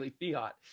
fiat